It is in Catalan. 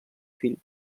fill